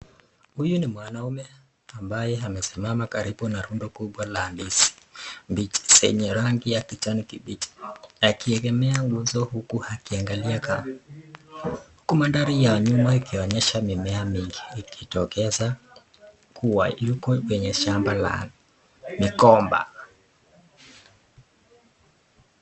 Huyo ni mwanamume ,ambaye amesimama karibu na rundo kubwa la ndizi mbichi zenye rangi ya kijani kibichi, akiegemea nguzo huku akiangalia kamera. Huku mandhari ya nyuma ikionyesha mimea mingi ikijitokeza kuwa yuko kwenye shamba la migomba.